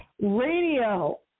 radio